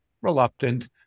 reluctant